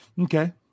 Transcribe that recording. Okay